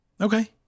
Okay